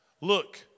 Look